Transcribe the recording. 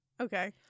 Okay